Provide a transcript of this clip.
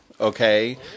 Okay